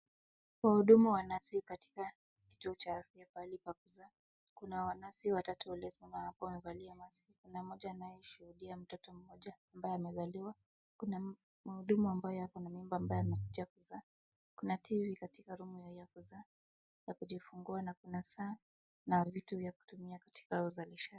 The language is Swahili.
Wahudumu wanafika katika kituo cha afya pahali pa kuzaa. Kuna nesi watatu waliosimama hapo wamevalia mask .Kuna mmoja anayeshuhudia mtoto mmoja ambaye amezaliwa. Kuna muhudumu ambaye akona mimba ambaye amekuja kuzaa. Kuna tv katika room hiyo ya kujifungua na kuna saa na vitu za kutumia katika uzalishaji.